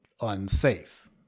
unsafe